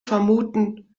vermuten